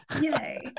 Yay